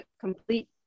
complete